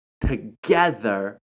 together